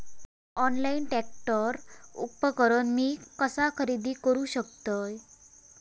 Online tractor उपकरण मी कसा खरेदी करू शकतय?